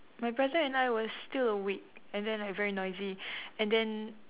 my brother and I was still awake and then I very noisy and then